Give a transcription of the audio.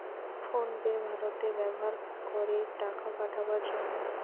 phone pay ভারতে ব্যাভার করে টাকা পাঠাবার জন্যে